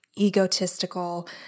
egotistical